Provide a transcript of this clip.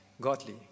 godly